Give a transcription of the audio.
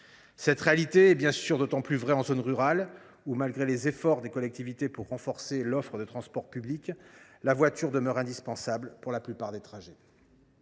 Cette réalité est bien sûr encore plus préoccupante en zone rurale, où, malgré les efforts des collectivités pour renforcer l’offre de transports publics, la voiture demeure indispensable pour la plupart des trajets.